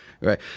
Right